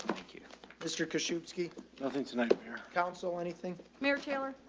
thank you mr. cause shubinski nothing tonight. i'm here. council, anything. mayor taylor.